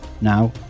Now